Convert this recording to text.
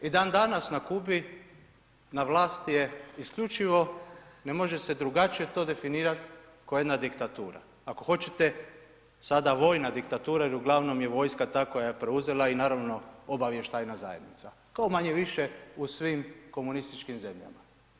I dan danas na Kubi na vlast je isključivo, ne može se drugačije to definirati kao jedna diktatura, ako hoćete sada vojna diktatura jer uglavnom je vojska ta koja je preuzela i naravno obavještajna zajednica, kao manje-više u svim komunističkim zemljama.